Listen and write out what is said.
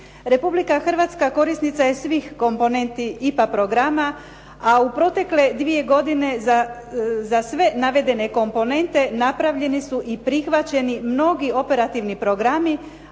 Republika Hrvatska korisnica je svih komponenti IPA programa, a u protekle dvije godine za sve navedene komponente napravljeni su i prihvaćeni mnogi operativni programi,